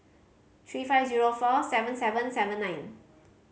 three five zero four seven seven seven nine